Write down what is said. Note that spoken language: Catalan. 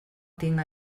tinc